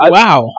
wow